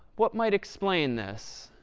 what might explain this?